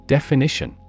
Definition